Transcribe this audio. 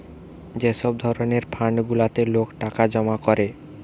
যে সব ধরণের ফান্ড গুলাতে লোক টাকা জমা করে